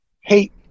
hate